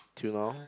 till now